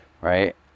right